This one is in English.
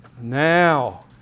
Now